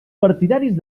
partidaris